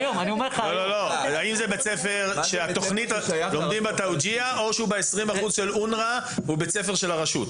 מה זה בית ספר ששייך לרשות הפלסטינית?